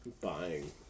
buying